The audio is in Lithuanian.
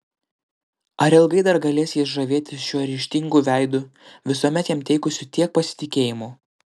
ar ilgai dar galės jis žavėtis šiuo ryžtingu veidu visuomet jam teikusiu tiek pasitikėjimo